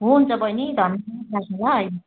हुन्छ बहिनी धन्यवाद राखेँ ल अहिले